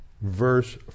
verse